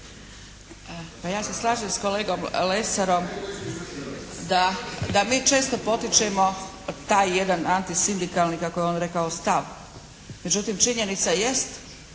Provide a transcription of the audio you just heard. Pa ja se slažem s kolegom Lesarom da mi često potičemo taj jedan antisindikalni kako je on rekao stav. Međutim činjenica jest